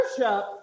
worship